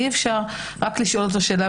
אי-אפשר רק לשאול אותו שאלה,